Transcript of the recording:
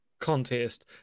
Contest